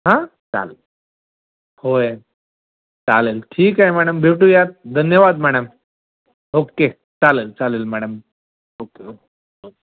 हां चालंल होय चालेल ठीक आहे मॅडम भेटूयात धन्यवाद मॅडम ओक्के चालेल चालेल मॅडम ओक्के ओ ओ